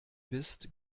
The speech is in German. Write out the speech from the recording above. bist